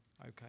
Okay